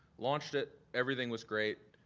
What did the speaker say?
launched it, everything was great.